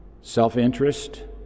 self-interest